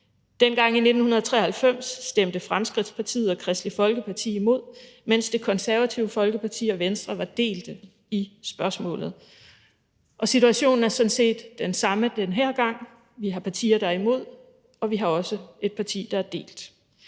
Dengang i 1993 stemte Fremskridtspartiet og Kristeligt Folkeparti imod, mens Det Konservative Folkeparti og Venstre var delt i spørgsmålet. Situationen er sådan set den samme den her gang. Vi har partier, der er imod, og vi har også et parti, der er delt.